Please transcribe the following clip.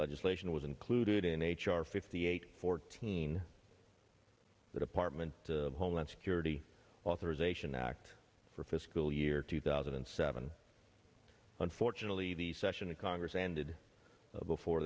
legislation was included in h r fifty eight fourteen the department of homeland security authorization act for fiscal year two thousand and seven unfortunately the session of congress ended before